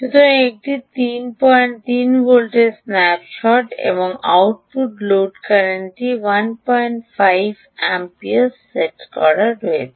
সুতরাং এটি ৩৩ ভোল্টের স্ন্যাপশট এবং আউটপুট লোড কারেন্টটি 15 অ্যাম্পিয়ার সেট করা হয়েছে